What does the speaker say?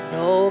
no